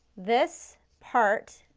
this part,